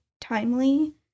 timely